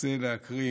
רוצה להקריא